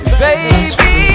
baby